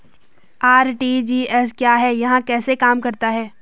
RTGS क्या है यह कैसे काम करता है?